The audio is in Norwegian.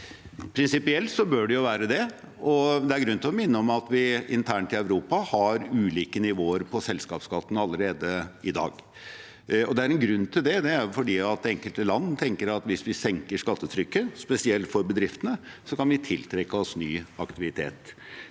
bør det være det, og det er grunn til å minne om at vi internt i Europa har ulike nivåer på selskapsskatten allerede i dag. Det er en grunn til det, og det er at enkelte land tenker at hvis vi senker skattetrykket, spesielt for bedriftene, kan vi tiltrekke oss ny aktivitet.